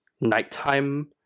nighttime